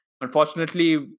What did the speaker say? Unfortunately